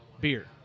beer